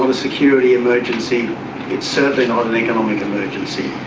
ah security emergency, it's certainly not an economic emergency.